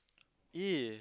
eh